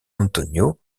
antonio